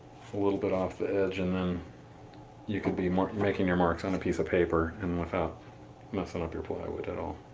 a little bit off the edge and then you can be making your marks on a piece of paper and without messing up your plywood at all.